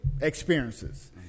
experiences